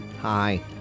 Hi